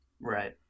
Right